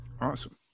Awesome